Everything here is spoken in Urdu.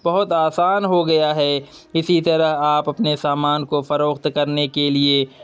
بہت آسان ہو گیا ہے اسی طرح آپ سامان کو فروخت کرنے کے لیے